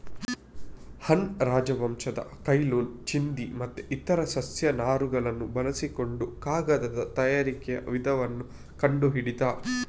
ಹಾನ್ ರಾಜವಂಶದ Cai Lun ಚಿಂದಿ ಮತ್ತೆ ಇತರ ಸಸ್ಯ ನಾರುಗಳನ್ನ ಬಳಸಿಕೊಂಡು ಕಾಗದದ ತಯಾರಿಕೆಯ ವಿಧಾನವನ್ನ ಕಂಡು ಹಿಡಿದ